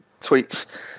tweets